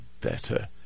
better